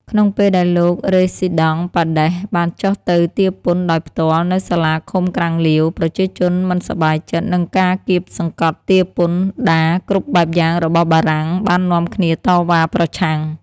ក្នុងពេលដែលលោករេស៊ីដង់បាដេស បានចុះទៅទារពន្ធដោយផ្ទាល់នៅសាលាឃុំក្រាំងលាវ ប្រជាជនដែលមិនសប្បាយចិត្តនឹងការគាបសង្កត់ទារពន្ធដារគ្រប់បែបយ៉ាងរបស់បារាំងបាននាំគ្នាតវ៉ាប្រឆាំង។